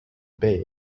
bay